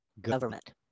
government